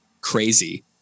crazy